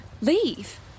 Leave